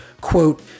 Quote